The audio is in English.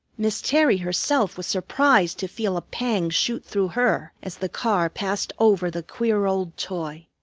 miss terry herself was surprised to feel a pang shoot through her as the car passed over the queer old toy.